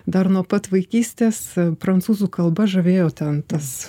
dar nuo pat vaikystės prancūzų kalba žavėjo ten tas